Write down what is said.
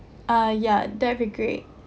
uh yeah that'll be great